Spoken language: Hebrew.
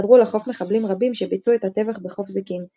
חדרו לחוף מחבלים רבים שביצעו את הטבח בחוף זיקים,